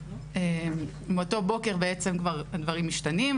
מאותו בוקר בעצם הדברים משתנים.